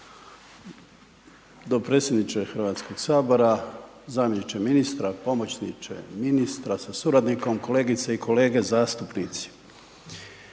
Dopredsjedniče Hrvatskoga sabora, zamjeniče ministra, pomoćniče ministra sa suradnikom, kolegice i kolege zastupnici.